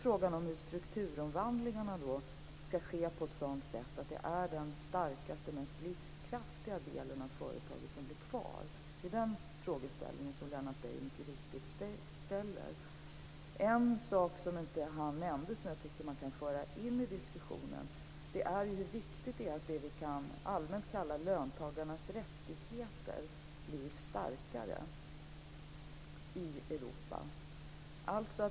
Frågan är om strukturomvandlingarna skall ske på ett sådant sätt att det är den starkaste och mest livskraftiga delen av företaget som blir kvar. Det är den frågeställningen som Lennart Beijer mycket riktigt för fram. En sak som han inte nämnde som jag tycker att man kan föra in i diskussionen är hur viktigt det är att det vi allmänt kan kalla löntagarnas rättigheter blir starkare i Europa.